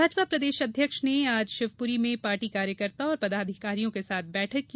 भाजपा प्रदेश अध्यक्ष ने आज शिवपुरी में पार्टी कार्यकर्ता और पदाधिकारियों के साथ बैठक की